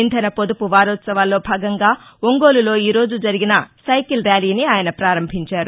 ఇంధన పొదుపు వారోత్సవాల్లో భాగంగా ఒంగోలులో ఈ రోజు జరిగిన సైకిల్ ర్యాలీని ఆయన ప్రారంభించారు